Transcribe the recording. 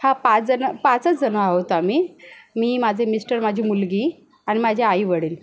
हा पाचजणं पाचचजणं आहोत आम्ही मी माझे मिस्टर माझी मुलगी अन् माझे आईवडील